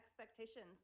expectations